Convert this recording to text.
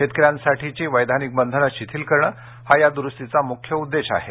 शेतकऱ्यांसाठीची वैधानिक बंधनं शिथिल करणं हा या दुरुस्तीचा मुख्य उद्देश आहे